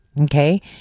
Okay